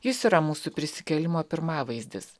jis yra mūsų prisikėlimo pirmavaizdis